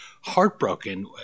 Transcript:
heartbroken